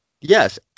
Yes